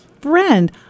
friend